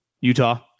Utah